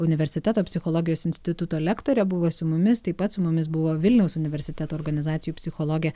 universiteto psichologijos instituto lektorė buvo su mumis taip pat su mumis buvo vilniaus universiteto organizacijų psichologė